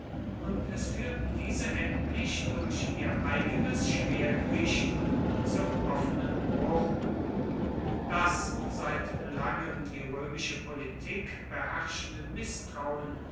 und es führten diese endlich durch ihr eigenes schwergewicht zum offenen bruch das seit langem die römische politik beherrschende mißtrauen